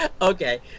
okay